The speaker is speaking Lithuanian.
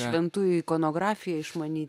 šventųjų ikonografiją išmanyti